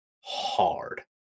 hard